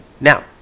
Now